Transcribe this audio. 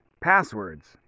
passwords